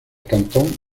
cantón